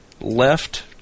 left